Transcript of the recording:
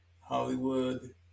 Hollywood